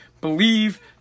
believe